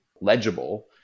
legible